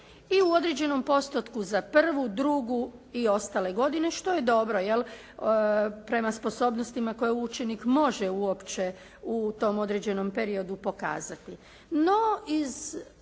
i u određenom postotku za prvu, drugu i ostale godine što je dobro jel' prema sposobnostima koje učenik može uopće u tom određenom periodu pokazati.